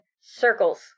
circles